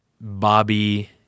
Bobby